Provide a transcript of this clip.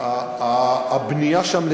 הבנייה שם,